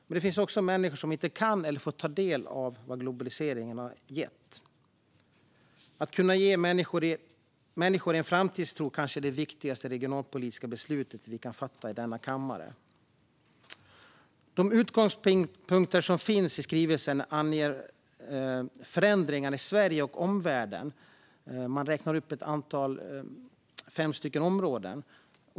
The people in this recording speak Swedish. Men det finns också människor som inte kan eller får ta del av globaliseringen. Att kunna ge människor en framtidstro är kanske det viktigaste regionalpolitiska beslut som vi kan fatta i denna kammare. De utgångspunkter som finns i skrivelsen anger förändringarna i Sverige och i omvärlden. Man räknar upp fem områden.